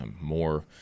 more